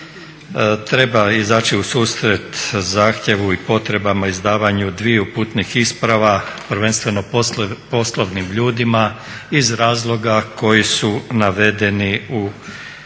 treba izaći u susret zahtjevu i potrebama, izdavanju dviju putnih isprava prvenstveno poslovnim ljudima iz razloga koji su navedeni u obrazloženju